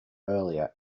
earlier